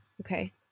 Okay